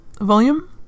volume